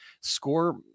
Score